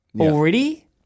already